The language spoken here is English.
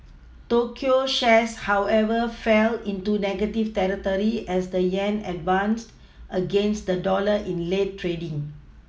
Tokyo shares however fell into negative territory as the yen advanced against the dollar in late trading